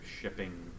shipping